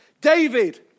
David